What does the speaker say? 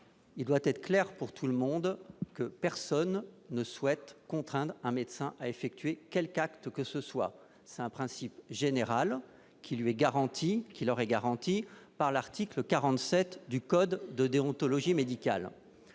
Il doit être clair pour tout le monde que personne ne souhaite contraindre un médecin à effectuer quelque acte que ce soit. C'est un principe général qui est garanti par l'article 47 du code de déontologie médicale.